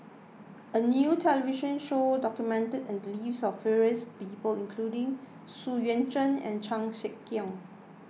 a new television show documented the lives of various people including Xu Yuan Zhen and Chan Sek Keong